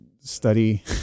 Study